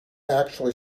actually